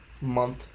month